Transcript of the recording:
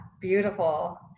Beautiful